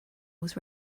was